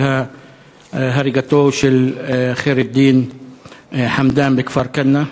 הריגתו של ח'יר א-דין חמדאן בכפר-כנא.